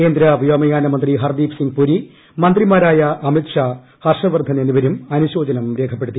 കേന്ദ്ര വ്യോമയാന മന്ത്രി ഹർദീപ് സിംഗ് പുരി മന്ത്രിമാരായ അമിത് ഷാ ഹർഷവർദ്ധൻ എന്നിവരും അനുശോചനം രേഖപ്പെടുത്തി